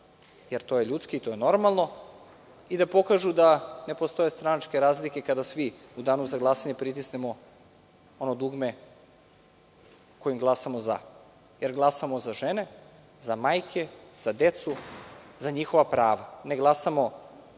jer to je ljudski i to je normalno i da pokažu da ne postoje stranačke razlike kada svi u danu za glasanje pritisnemo ono dugme kojim glasamo za, jer glasamo za žene, za majke, za decu, za njihova prava. Ne glasamo